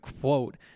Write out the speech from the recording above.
quote